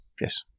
yes